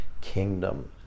kingdom